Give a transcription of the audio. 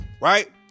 right